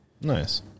Nice